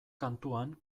kantuan